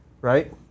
right